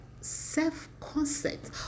self-concept